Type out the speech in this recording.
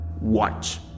Watch